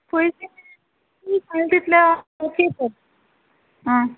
खंय तें ओके तर आं